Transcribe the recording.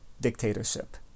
dictatorship